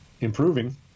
improving